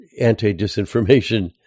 anti-disinformation